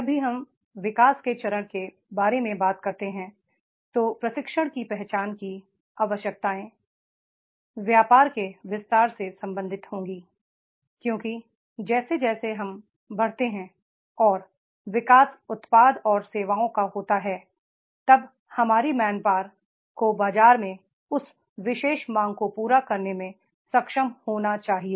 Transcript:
जब भी हम विकास के चरण के बारे में बात करते हैं तो प्रशिक्षण की पहचान की आवश्यकताएं व्यापार के विस्तार से संबंधित होंगी क्योंकि जैसे जैसे हम बढ़ते हैं और विकास उत्पाद या सेवाओं का होता है तब हमारी मैंनपावर को बाजार में उस विशेष मांग को पूरा करने में सक्षम होना चाहिए